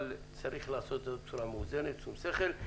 אבל צריך לעשות את זה בצורה מאוזנת, השום שכל.